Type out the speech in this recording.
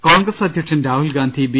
കോൺഗ്രസ് അധ്യക്ഷൻ രാഹുൽ ഗാന്ധി ബി